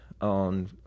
on